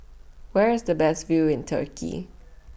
Where IS The Best View in Turkey